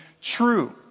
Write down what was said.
true